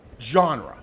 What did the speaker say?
genre